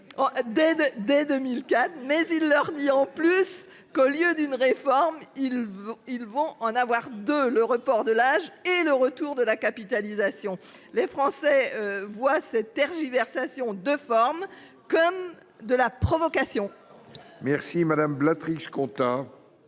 pardon, mais il leur dit en plus que, pour le prix d'une réforme, ils en auront deux : le report de l'âge et le retour de la capitalisation. Les Français voient ces tergiversations de forme comme une provocation.